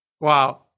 Wow